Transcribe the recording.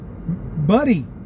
buddy